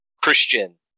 Christian